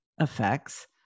effects